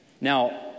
Now